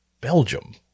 Belgium